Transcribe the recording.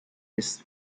his